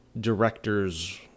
director's